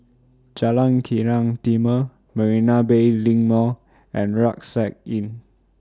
Jalan Kilang Timor Marina Bay LINK Mall and Rucksack Inn